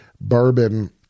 bourbon